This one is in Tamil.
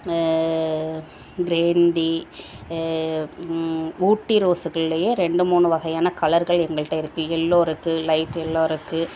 கிரேந்தி ஊட்டி ரோஸுகள்லேயே ரெண்டு மூணு வகையான கலர்கள் எங்கள்கிட்ட இருக்குது எல்லோ இருக்குது லைட் எல்லோ இருக்குது